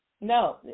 no